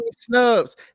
snubs